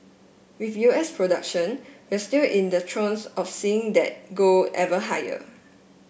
with U S production we're still in the throes of seeing that go ever higher